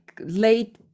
late